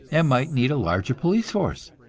and might need a larger police force.